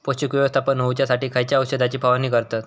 पोषक व्यवस्थापन होऊच्यासाठी खयच्या औषधाची फवारणी करतत?